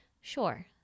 Sure